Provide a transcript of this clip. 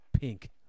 Pink